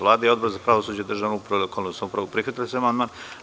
Vlada i Odbor za pravosuđe, državnu upravu i lokalnu samoupravu prihvatili su amandman.